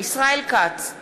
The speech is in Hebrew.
ישראל כץ, נגד